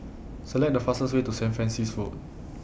Select The fastest Way to Saint Francis Road